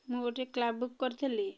ମୁଁ ଗୋଟେ cab book କରିଥିଲି